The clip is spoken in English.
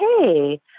hey